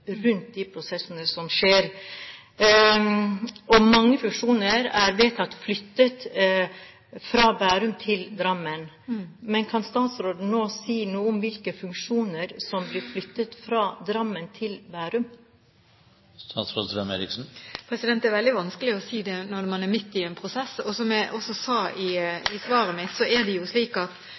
om hvilke funksjoner som blir flyttet fra Drammen til Bærum? Det er det veldig vanskelig å si når man er midt i en prosess. Som jeg også sa i svaret mitt, er det jo slik at